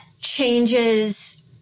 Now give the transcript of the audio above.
changes